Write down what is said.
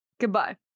Goodbye